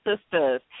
sisters